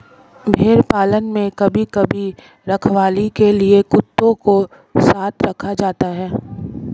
भेड़ पालन में कभी कभी रखवाली के लिए कुत्तों को साथ रखा जाता है